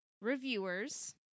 reviewers